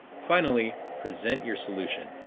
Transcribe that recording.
finally, present your solution.